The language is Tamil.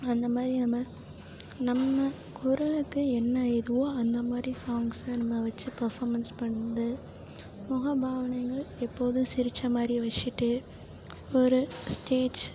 அந்த மாதிரி நம்ம நம்ம குரலுக்கு என்ன இதுவோ அந்த மாதிரி சாங்ஸை நம்ம வச்சி பர்ஃபாமன்ஸ் பண்ணுறது முக பாவனைகள் எப்போதும் சிரிச்ச மாதிரியே வச்சிட்டு ஒரு ஸ்டேஜ்